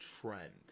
trend